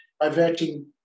diverting